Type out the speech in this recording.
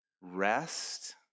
rest